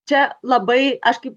čia labai aš kaip